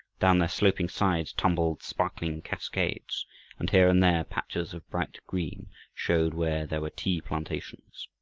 down their sloping sides tumbled sparkling cascades and here and there patches of bright green showed where there were tea plantations.